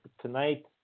tonight